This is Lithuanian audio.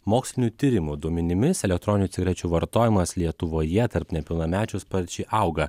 mokslinių tyrimų duomenimis elektroninių cigarečių vartojimas lietuvoje tarp nepilnamečių sparčiai auga